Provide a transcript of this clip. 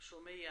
שומע